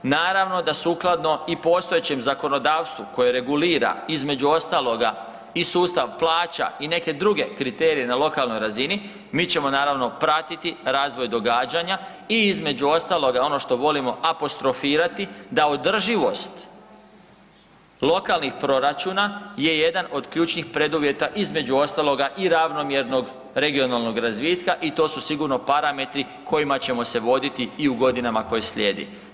Naravno da sukladno i postojećem zakonodavstvu koje regulira između ostalog ai sustav plaća i neke druge kriterije na lokalnoj razini, mi ćemo naravno pratiti razvoj događanja i između ostaloga ono što volimo apostrofirati da održivost lokalnih proračuna je jedan od ključnih preduvjeta između ostaloga i ravnomjernog regionalnog razvitka i to su sigurno parametri kojima ćemo se voditi i u godinama koje slijede.